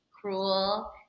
Cruel